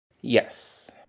yes